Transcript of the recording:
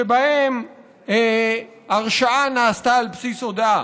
שבהם הרשעה נעשתה על בסיס הודאה